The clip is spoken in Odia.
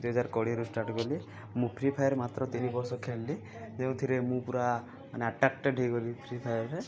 ଦୁଇହଜାର କୋଡ଼ିଏରୁ ଷ୍ଟାର୍ଟ କଲି ମୁଁ ଫ୍ରି ଫାୟାର୍ ମାତ୍ର ତିନି ବର୍ଷ ଖେଳିଲି ଯେଉଁଥିରେ ମୁଁ ପୁରା ମାନେ ଆଟ୍ରାକ୍ଟେଡ଼୍ ହେଇଗଲି ଫ୍ରି ଫାୟାର୍ରେ